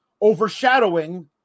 overshadowing